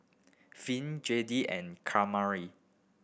Finn Jadiel and Kamari